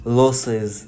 losses